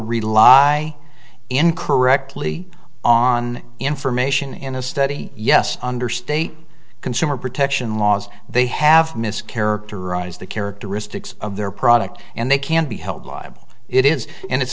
rely in correctly on information in a study yes under state consumer protection laws they have mischaracterized the characteristics of their product and they can't be held liable it is and it's